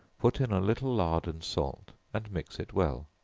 put in a little lard and salt, and mix it well,